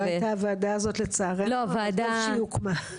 לא הייתה הוועדה הזאת, טוב שהיא הוקמה.